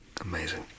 Amazing